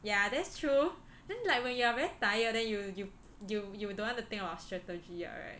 yeah that's true then like when you are very tired then you you you you you don't want to think about strategy [what] right